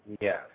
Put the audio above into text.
Yes